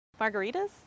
Margaritas